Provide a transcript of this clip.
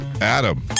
Adam